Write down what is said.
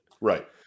Right